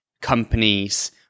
companies